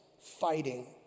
fighting